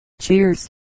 Cheers